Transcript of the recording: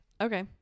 Okay